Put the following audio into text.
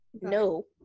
no